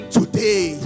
today